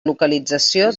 localització